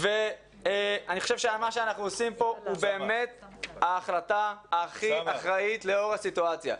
מה שאנחנו עושים פה זאת ההחלטה הכי אחראית לאור הסיטואציה.